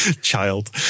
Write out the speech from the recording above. child